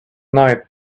night